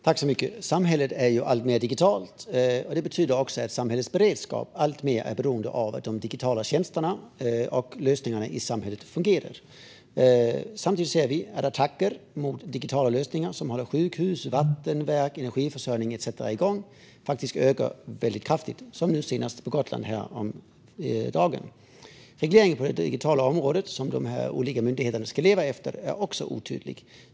Fru talman! Samhället är alltmer digitalt, och det betyder också att samhällets beredskap är alltmer beroende av att de digitala tjänsterna och lösningarna i samhället fungerar. Samtidigt ser vi att attacker mot digitala lösningar som håller sjukhus, vattenverk, energiförsörjning etcetera igång faktiskt ökar kraftigt, som nu senast på Gotland häromdagen. Regleringen på det digitala området, som de här olika myndigheterna ska leva efter, är också otydlig.